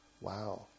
wow